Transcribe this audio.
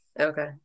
Okay